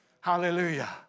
Hallelujah